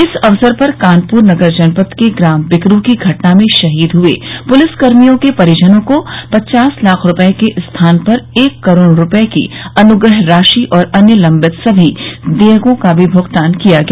इस अवसर पर कानप्र नगर जनपद के ग्राम बिकरू की घटना में शहीद हए पुलिसकर्मियों के परिजनों को पचास लाख रूपये के स्थान पर एक करोड़ रूपये की अनुग्रह राशि और अन्य लंबित सभी देयकों का भी भुगतान किया गया